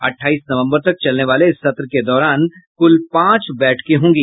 अठाईस नवम्बर तक चलने वाले इस सत्र के दौरान कुल पांच बैठकें होंगी